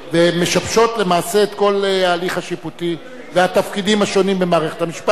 והן משבשות למעשה את כל ההליך השיפוטי והתפקידים השונים במערכת המשפט.